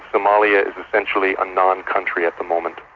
somalia is essentially a non-country at the moment.